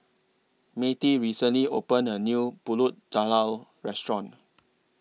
Mattie recently opened A New Pulut Tatal Restaurant